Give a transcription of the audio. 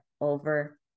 over